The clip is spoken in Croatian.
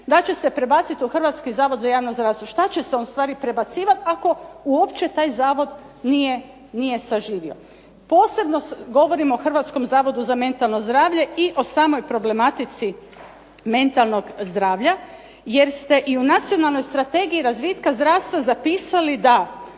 da će se prebaciti u Hrvatski zavod za javno zdravstvo. Šta će se on ustvari prebacivati, ako uopće taj zavod nije saživio. Posebno govorim o Hrvatskom zavodu za mentalno zdravlje i o samoj problematici mentalnog zdravlja, jer ste i u nacionalnoj strategiji razvitka zdravstva zapisali da